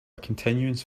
continuance